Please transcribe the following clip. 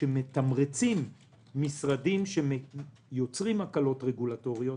שמתמרצות משרדים שיוצרים הקלות רגולטוריות,